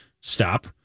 stop